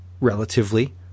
relatively